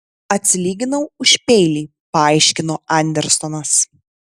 atsilyginau už peilį paaiškino andersonas